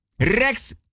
rex